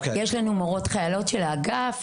יש לנו מורות חיילות של האגף.